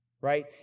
right